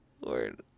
Lord